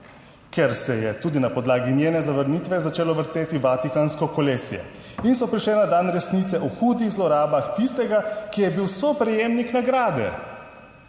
Ker se je, tudi na podlagi njene zavrnitve, začelo vrteti vatikansko kolesje in so prišle na dan resnice o hudih zlorabah tistega, ki je bil soprejemnik nagrade.